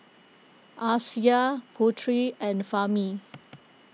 Amsyar Putri and Fahmi